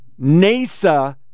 NASA